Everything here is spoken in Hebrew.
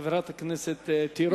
חברת הכנסת תירוש,